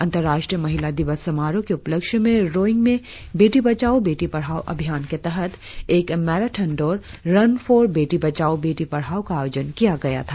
अंतर्राष्ट्रीय महिला दिवस समारोह के उपलक्ष्य में रोईंग में बेटी बचाओ बेटी पढ़ाओ अभियान के तहत एक मैराथन दौड़ रन फॉर बेटी बचाओ बेटी पढ़ाओ का आयोजन किया गया था